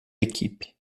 equipe